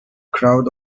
crowd